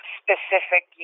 specific